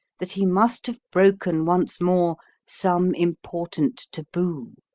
that he must have broken once more some important taboo,